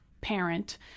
parent